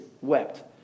wept